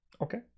Okay